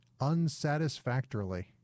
unsatisfactorily